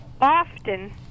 often